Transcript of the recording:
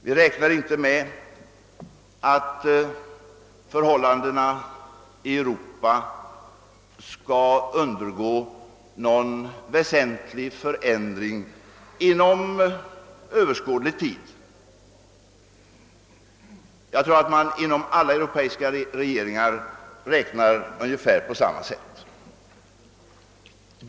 Vi väntar inte att förhållandena i Europa skall undergå någon väsentlig förändring inom överskådlig tid. Jag tror att man inom alla europeiska regeringar räknar på ungefär samma sätt.